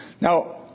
Now